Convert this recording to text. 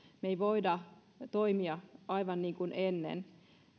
me emme voi toimia aivan niin kuin ennen